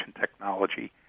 technology